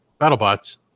BattleBots